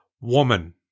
woman